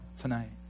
tonight